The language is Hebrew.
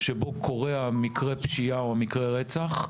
שבו קורה מקרה פשיעה או מקרה רצח,